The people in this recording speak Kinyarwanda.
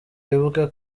wibuke